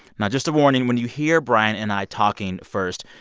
now, just a warning when you hear brian and i talking first,